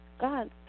God